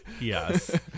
yes